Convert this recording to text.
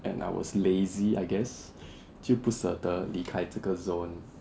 and I was lazy I guess 就不舍得离开这个 zone